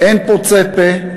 אין פוצה פה,